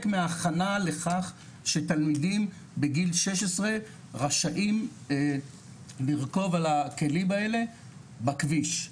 מההכנה לכך שתלמידים בגיל 16 רשאים לרכוב על הכלים האלה בכביש.